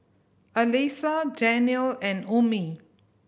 Alyssa Daniel and Ummi